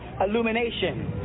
illumination